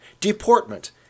Deportment